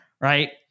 Right